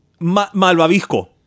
malvavisco